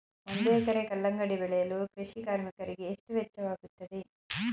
ಒಂದು ಎಕರೆ ಕಲ್ಲಂಗಡಿ ಬೆಳೆಯಲು ಕೃಷಿ ಕಾರ್ಮಿಕರಿಗೆ ಎಷ್ಟು ವೆಚ್ಚವಾಗುತ್ತದೆ?